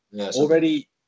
already